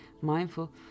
mindful